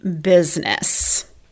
business